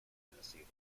tennessee